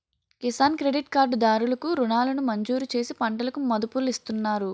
Kisan credit card దారులు కు రుణాలను మంజూరుచేసి పంటలకు మదుపులిస్తున్నాయి